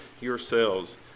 yourselves